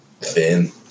thin